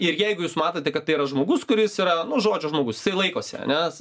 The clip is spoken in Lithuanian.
ir jeigu jūs matote kad tai yra žmogus kuris yra nu žodžio žmogus jisai laikosi nes